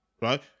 right